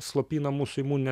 slopina mūsų imuninę